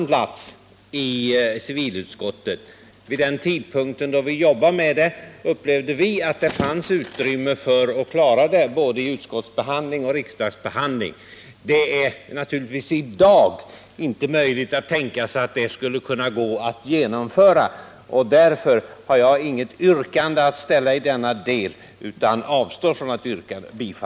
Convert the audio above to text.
Vid den tidpunkt då vi jobbade med dessa ärenden upplevde vi att det fanns utrymme för att klara både utskottsbehandling och riksdagsbehandling. Det är naturligtvis i dag inte möjligt att tänka sig att detta skulle gå att genomföra. Därför avstår jag nu från att ställa något yrkande.